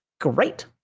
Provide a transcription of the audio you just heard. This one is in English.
great